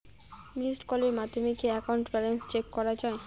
Missed কলের মাধ্যমে কি একাউন্ট ব্যালেন্স চেক করা যায়?